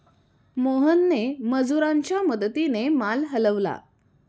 मोहनने मजुरांच्या मदतीने माल हलवला